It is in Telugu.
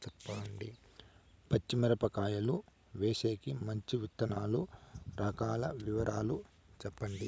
పచ్చి మిరపకాయలు వేసేకి మంచి విత్తనాలు రకాల వివరాలు చెప్పండి?